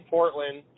Portland